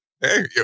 Hey